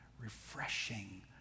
refreshing